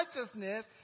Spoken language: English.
righteousness